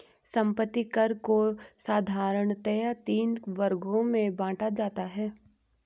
संपत्ति कर को साधारणतया तीन वर्गों में बांटा जाता है